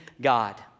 God